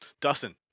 Dustin